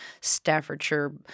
Staffordshire